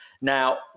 Now